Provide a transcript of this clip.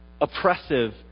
oppressive